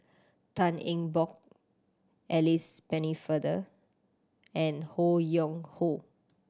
Tan Eng Bock Alice Pennefather and Ho Yuen Hoe